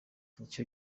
icyo